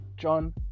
John